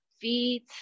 feet